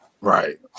Right